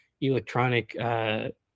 electronic